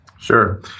Sure